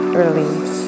release